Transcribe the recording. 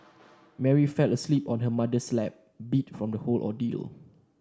Mary fell asleep on her mother's lap beat from the whole ordeal